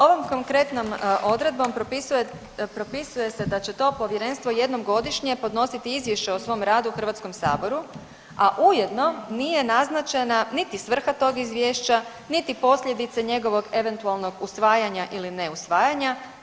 Ovom konkretnom odredbom propisuje se da će to Povjerenstvo jednom godišnje podnositi izvješće o svom radu HS-u, a ujedno nije naznačena nit svrha tog izvješća niti posljedice njegovog eventualnog usvajanja ili neusvajanja.